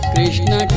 Krishna